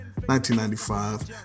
1995